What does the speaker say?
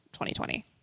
2020